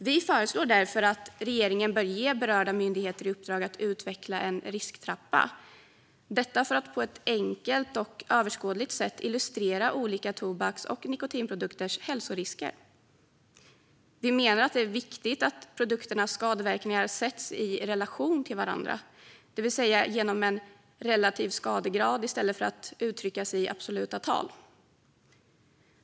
Vi föreslår därför att regeringen bör ge berörda myndigheter i uppdrag att utveckla en risktrappa, för att på ett enkelt och överskådligt sätt illustrera hälsoriskerna med olika tobaks och nikotinprodukter. Vi menar att det är viktigt att produkternas skadeverkningar sätts i relation till varandra, det vill säga genom en relativ skadegrad i stället för att uttryckas i absoluta tal.